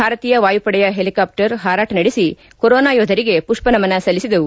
ಭಾರತೀಯ ವಾಯುಪಡೆಯ ಹೆಲಿಕಾಪ್ಲರ್ ಹಾರಾಟ ನಡೆಸಿ ಕೊರೋನಾ ಯೋಧರಿಗೆ ಪುಷ್ಪ ನಮನ ಸಲ್ಲಿಸಿದವು